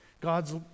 God's